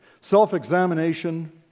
Self-examination